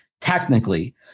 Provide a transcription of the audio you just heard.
technically